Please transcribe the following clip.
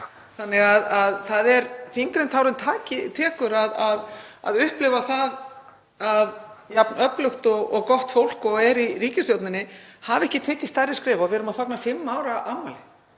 Það er þyngra en tárum tekur að upplifa það að jafn öflugt og gott fólk og er í ríkisstjórninni hafi ekki tekið stærri skref og við erum að fagna fimm ára afmæli.